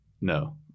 No